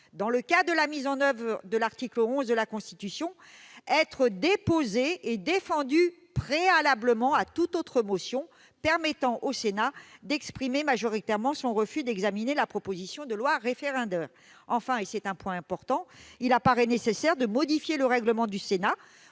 dans le cas de la mise en oeuvre de l'article 11 de la Constitution, être déposée et défendue préalablement à toute autre motion, ce qui permettrait au Sénat d'exprimer majoritairement son refus d'examiner la proposition de loi référendaire. Enfin, et c'est un point important, il apparaît nécessaire de modifier le règlement du Sénat